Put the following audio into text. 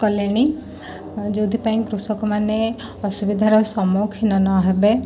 କଲେଣି ଯେଉଁଥି ପାଇଁ କୃଷକମାନେ ଅସୁବିଧାର ସମ୍ମୁଖୀନ ନ ହେବେ